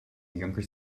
younger